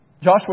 Joshua